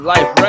Life